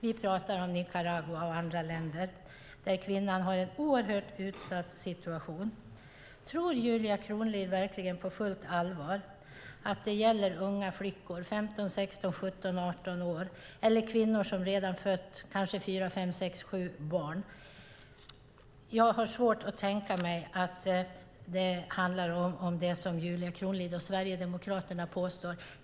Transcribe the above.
Vi pratar om Nicaragua och andra länder där kvinnan har en oerhört utsatt situation. Tror Julia Kronlid på fullt allvar att detta gäller unga flickor som är 15-18 år eller kvinnor som redan har fött kanske fyra till sju barn? Jag har svårt att tänka mig att det handlar om det som Julia Kronlid och Sverigedemokraterna påstår.